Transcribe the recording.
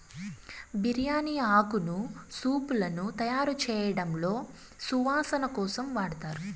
బిర్యాని ఆకును సూపులను తయారుచేయడంలో సువాసన కోసం వాడతారు